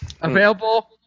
Available